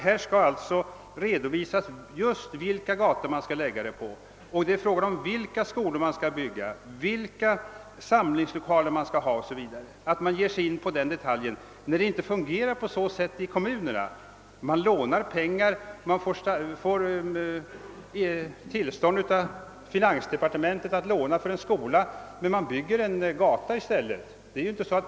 Här skall alltså redovisas just vilka gator det skall gälla, vilka skolor man skall bygga, vilka samlingslokaler man skall ha o. s. v. Det är märkligt att man ger sig in på sådana detaljer, när det inte fungerar på det sättet i kommunerna. Man får tillstånd av finansdepartementet att låna pengar till en skola, men man bygger en gata i stället.